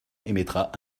émettra